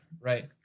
Right